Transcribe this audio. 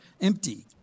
empty